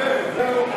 הוא לא מספיק.